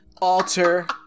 alter